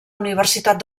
universitat